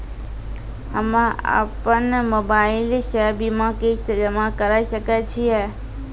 हम्मे अपन मोबाइल से बीमा किस्त जमा करें सकय छियै?